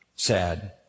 Sad